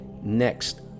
Next